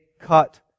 cut